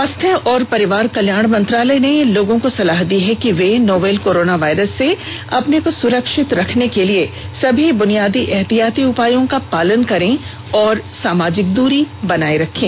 स्वास्थ्य और परिवार कल्याण मंत्रालय ने लोगों को सलाह दी है कि वे नोवल कोरोना वायरस से अपने को सुरक्षित रखने के लिए सभी बुनियादी एहतियाती उपायों का पालन करें और सामाजिक दूरी बनाए रखें